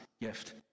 gift